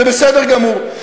זה בסדר גמור.